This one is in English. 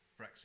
Brexit